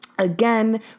Again